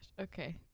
Okay